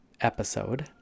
episode